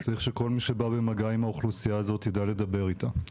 צריך שכל מי שבא במגע עם האוכלוסייה הזאת ידע לדבר איתם.